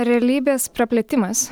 realybės praplėtimas